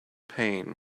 pain